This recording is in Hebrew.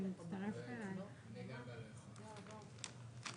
לא תפקדה ואני חושב שזו הייתה הבעיה המרכזית כי